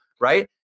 right